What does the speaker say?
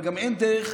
אבל גם אין דרך